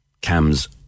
Cams